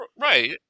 Right